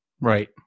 Right